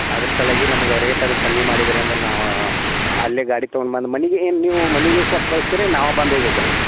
ಅದ್ರ ಸಲುವಾಗಿ ನಮಗೆ ರೇಟ್ ಅದು ಕಮ್ಮಿ ಮಾಡಿದ್ರಿ ಅಂದ್ರ ನಾವಾ ಅಲ್ಲೆ ಗಾಡಿ ತಗೊಂಡು ಬಂದು ಮನೆಗೆ ಏನು ನೀವು ಮನೆಗೆ ಕೊಟ್ಟು ಕಳಿಸ್ತಿರೇನು ನಾವು ಬಂದು ಒಯ್ಬೇಕು ರೀ